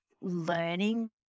learning